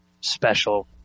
special